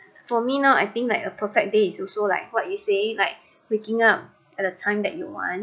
for me now I think like a perfect day is also like what you saying like waking up at a time that you want